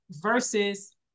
versus